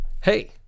Hey